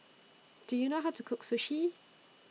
Do YOU know How to Cook Sushi